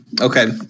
Okay